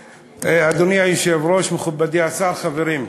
אדוני היושב-ראש, מכובדי השר, חברים,